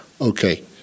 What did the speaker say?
okay